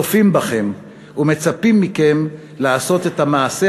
צופים בכם ומצפים מכם לעשות את המעשה